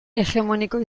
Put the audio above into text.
hegemoniko